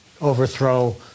overthrow